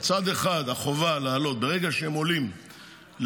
מצד אחד, החובה לעלות, ברגע שהם עולים לשירות